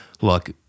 look